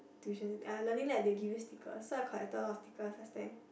tuition centr~ ah Learning Lab they will give you stickers so I collected a lot of stickers last time